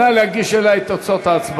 נא להגיש אלי את ההצבעות.